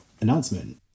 announcement